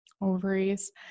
ovaries